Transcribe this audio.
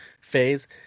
phase